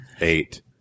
Eight